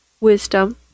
wisdom